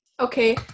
Okay